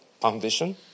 foundation